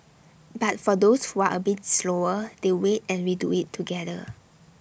but for those who are A bit slower they wait and we do IT together